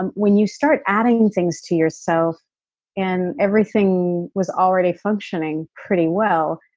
and when you start adding things to yourself and everything was already functioning pretty well,